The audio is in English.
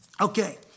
Okay